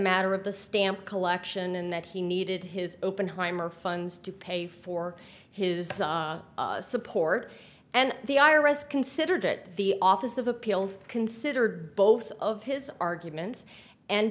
matter of the stamp collection and that he needed his open heimer funds to pay for his support and the i r s considered that the office of appeals considered both of his arguments and